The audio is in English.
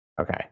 Okay